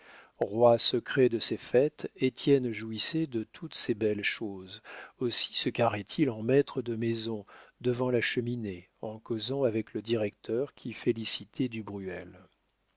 roi secret de ces fêtes étienne jouissait de toutes ces belles choses aussi se carrait il en maître de maison devant la cheminée en causant avec le directeur qui félicitait du bruel